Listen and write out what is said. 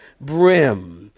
brim